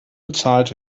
bezahlt